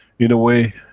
in a way,